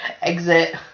exit